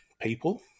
people